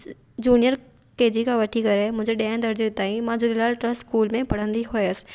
junior K G खां वठी करे मुंहिंजे ॾहे दर्जे ताईं मां झूलेलाल ट्रस्ट स्कूल में पढ़ंदी हुअसि